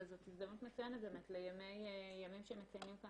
וזאת הזדמנות מצוינת באמת לימים שמציינים כאן